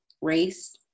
race